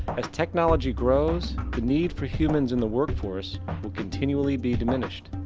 as technology grows the need for humans in the work force will continually be diminished.